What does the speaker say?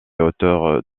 hauteurs